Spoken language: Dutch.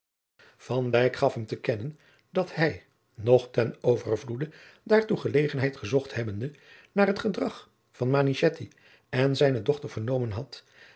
gaf hem te kennen dat hij nog ten overvloede daartoe gelegenheid gezocht hebbende naar het gedrag van manichetti en zijne dochter vernomen had